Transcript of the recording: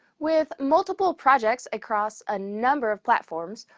with multiple projects across a number of platforms,